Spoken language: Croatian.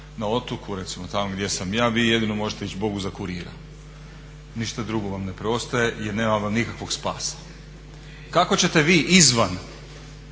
na otoku recimo tamo gdje sam ja vi jedino možete ići Bogu za kurira, ništa drugo vam ne preostaje jer nemam vam nikakvog spasa. Kako ćete vi izvan